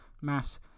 mass